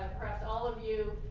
perhaps all of you,